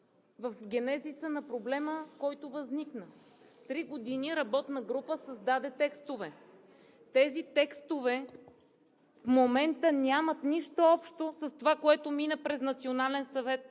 в генезиса на проблема, който възникна. Три години работна група създаваше текстове. Тези текстове в момента нямат нищо общо с това, което мина през Националния съвет